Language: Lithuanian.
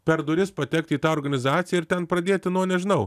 per duris patekti į tą organizaciją ir ten pradėti nuo nežinau